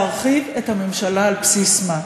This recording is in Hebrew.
להרחיב את הממשלה על בסיס מה?